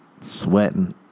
Sweating